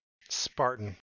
Spartan